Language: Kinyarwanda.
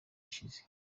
ishize